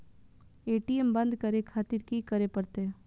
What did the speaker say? ATM बंद करें खातिर की करें परतें?